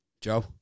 Joe